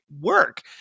work